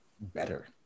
better